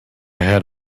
had